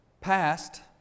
passed